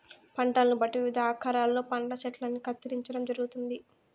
పంటలను బట్టి వివిధ ఆకారాలలో పండ్ల చెట్టల్ని కత్తిరించడం జరుగుతుంది